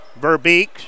Verbeek